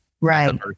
Right